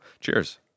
cheers